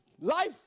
Life